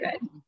good